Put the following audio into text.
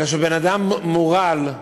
כשבן-אדם מורעל,